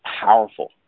powerful